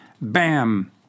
Bam